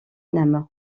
nam